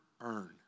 earn